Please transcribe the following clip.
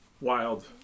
Wild